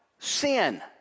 sin